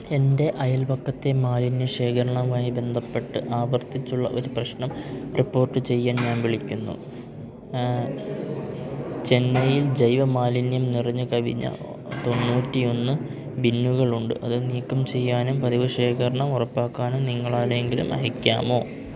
എൻ്റെ അയൽപക്കത്തെ മാലിന്യ ശേഖരണവുമായി ബന്ധപ്പെട്ട് ആവർത്തിച്ചുള്ള ഒരു പ്രശ്നം റിപ്പോർട്ട് ചെയ്യാൻ ഞാൻ വിളിക്കുന്നു ചെന്നൈയിൽ ജൈവ മാലിന്യം നിറഞ്ഞു കവിഞ്ഞ തൊണ്ണൂറ്റി ഒന്ന് ബിന്നുകളുണ്ട് അത് നീക്കം ചെയ്യാനും പതിവ് ശേഖരണം ഉറപ്പാക്കാനും നിങ്ങളാരെയെങ്കിലും അയക്കാമോ